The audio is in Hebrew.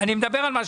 לכללית יש פריסת